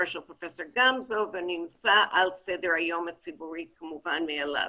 של פרופ' גמזו ונמצא על סדר היום הציבורי כמובן מאליו.